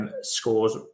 scores